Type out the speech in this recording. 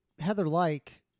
Heather-like